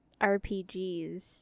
RPGs